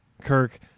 Kirk